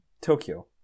Tokyo